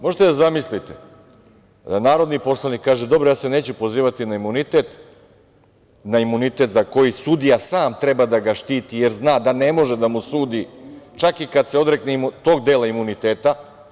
Možete da zamislite, narodni poslanik kaže – dobro, ja se neću pozivati na imunitet, na imunitet za koji sudija sam treba da ga štiti jer zna da ne može da mu sudi čak i kad se odrekne tog dela imuniteta.